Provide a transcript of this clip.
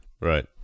Right